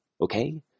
okay